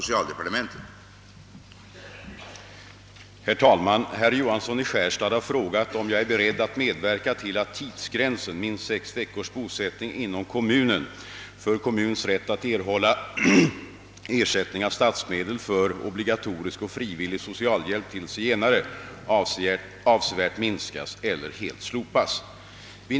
Herr talman! Herr Johansson i Skärstad har frågat, om jag är beredd att medverka till att tidsgränsen, minst sex veckors bosättning inom kommunen, för kommuns rätt att erhålla ersättning av statsmedel för obligatorisk och frivillig socialhjälp till zigenare avsevärt minskas eller helt slopas.